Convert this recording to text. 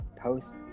post